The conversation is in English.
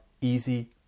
Easy